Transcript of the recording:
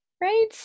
Right